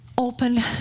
Open